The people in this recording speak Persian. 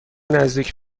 نزدیک